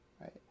right